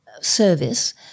service